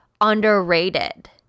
underrated